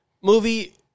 movie